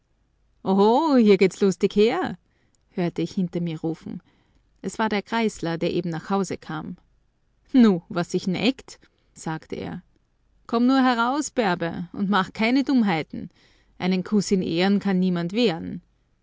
hier geht's lustig her hörte ich hinter mir rufen es war der griesler der eben nach hause kam nu was sich neckt sagte er komm nur heraus bärbe und mach keine dummheiten einen kuß in ehren kann niemand wehren